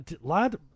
Lad